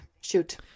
Shoot